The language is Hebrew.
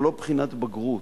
זה לא בחינת בגרות,